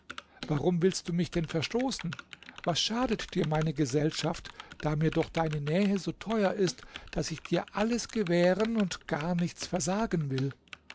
warum willst du mich denn verstoßen was schadet dir meine gesellschaft da mir doch deine nähe so teuer ist daß ich dir alles gewähren und gar nichts versagen will